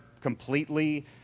completely